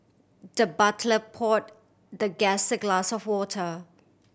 the butler poured the guest a glass of water